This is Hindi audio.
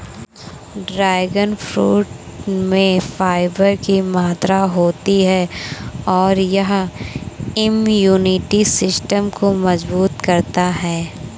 ड्रैगन फ्रूट में फाइबर की मात्रा होती है और यह इम्यूनिटी सिस्टम को मजबूत करता है